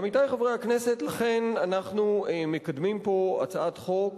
עמיתי חברי הכנסת, לכן אנחנו מקדמים פה הצעת חוק